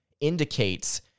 indicates